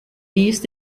hiest